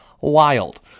wild